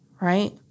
right